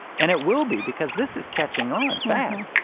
and it will be because this is catching on fast,